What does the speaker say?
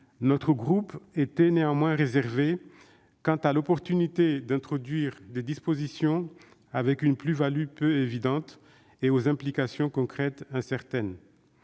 Notre groupe était néanmoins réservé quant à l'opportunité d'introduire des dispositions dont la plus-value est peu évidente et les implications concrètes incertaines.